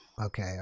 Okay